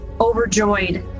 overjoyed